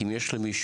אם יש למישהו,